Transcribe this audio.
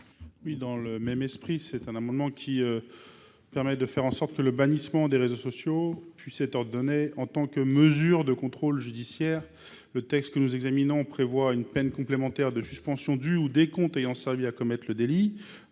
Dans le même esprit, cet amendement vise à faire en sorte que le bannissement des réseaux sociaux puisse être ordonné en tant que mesure de contrôle judiciaire. Le texte que nous examinons prévoit une peine complémentaire de suspension du ou des comptes ayant servi à commettre le délit